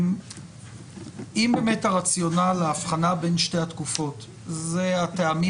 אם באמת הרציונל להבחנה בין שתי התקופות והטעמים